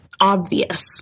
obvious